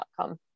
outcome